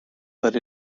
but